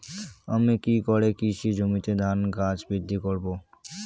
আমি কী করে কৃষি জমিতে ধান গাছ বৃদ্ধি করব?